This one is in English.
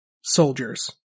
soldiers